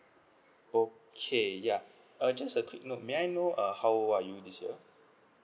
okay yeah uh just a quick note may I know uh how old are you this year